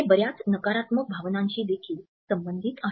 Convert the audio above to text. हे बर्याच नकारात्मक भावनांशी देखील संबंधित आहे